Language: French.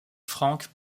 franque